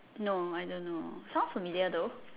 no I don't know sound familiar though